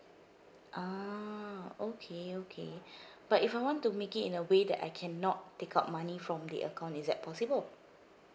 ah okay okay but if I want to make it in a way that I cannot take out money from the account is that possible